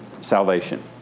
salvation